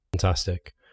Fantastic